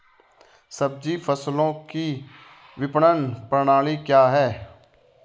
सब्जी फसलों की विपणन प्रणाली क्या है?